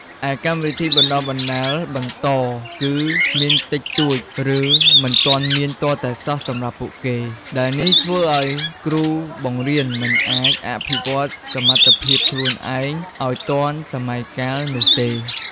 ឯកម្មវិធីបណ្តុះបណ្តាលបន្ត គឺមានតិចតួច ឬមិនមានទាល់តែសោះសម្រាប់ពួកគេ ដែលនេះធ្វើឲ្យគ្រូបង្រៀនមិនអាចអភិវឌ្ឍសមត្ថភាពខ្លួនឯងឲ្យទាន់សម័យកាលនោះទេ។